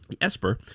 Esper